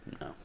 No